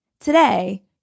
Today